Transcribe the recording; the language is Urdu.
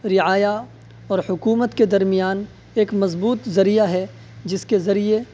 رعایا اور حکومت کے درمیان ایک مضبوط ذریعہ ہے جس کے ذریعے